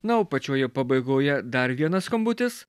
na o pačioje pabaigoje dar vienas skambutis